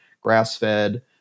grass-fed